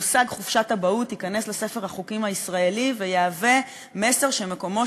המושג חופשת אבהות ייכנס לספר החוקים הישראלי ויהווה מסר שמקומו